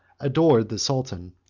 adored the sultan,